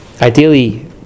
ideally